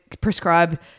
prescribe